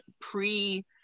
pre